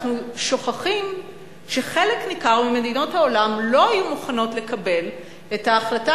אנחנו שוכחים שחלק ניכר ממדינות העולם לא היו מוכנות לקבל את ההחלטה